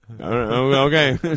Okay